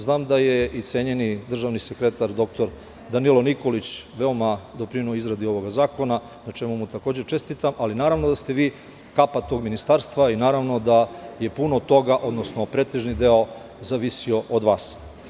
Znam da je i cenjeni državni sekretar doktor Danilo Nikolić veoma doprineo izradi ovog zakona, na čemu mu takođe čestitam, ali naravno da ste vi kapa tog ministarstva i naravno da je puno toga, odnosno pretežan deo zavisio od vas.